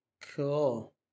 Cool